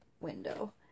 window